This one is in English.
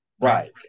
Right